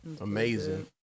amazing